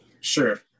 sure